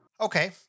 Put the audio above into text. Okay